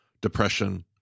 depression